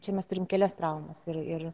čia mes turim kelias traumas ir ir